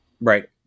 Right